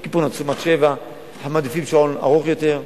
אז ביום כיפור נצום עד 19:00. אנחנו מעדיפים שעון ארוך יותר.